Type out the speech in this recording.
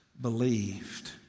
believed